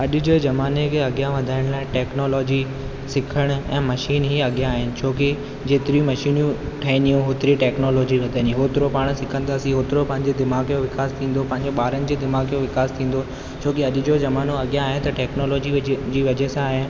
अॼ जो ज़माने खे अॻियां वधाइण लाइ टेक्नोलॉजी सिखण ऐं मशीनी अॻियां आहिनि छोकी जेतिरियूं मशीनियूं ठहींदियूं होतिरी टेक्नोलॉजी वधंदियूं होतिरो पाण सिखंदासीं होतिरो पंहिंजे दिमाग़ जो विकास थींदो पंहिंजे ॿारनि जे दिमाग़ जो विकास थींदो छोकी अॼ जो ज़मानो अॻियां आहे त टेक्नोलॉजी जी वजह सां आहे